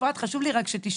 אפרת, חשוב לי רק שתשמעי.